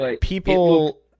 People